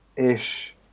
Ish